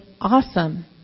awesome